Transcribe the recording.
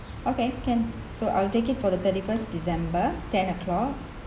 okay can so I'll take it for the thirty first december ten o'clock